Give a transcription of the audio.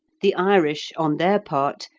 the irish, on their part,